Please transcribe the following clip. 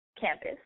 Campus